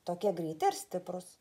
tokie greiti ir stiprūs